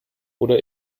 oder